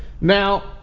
Now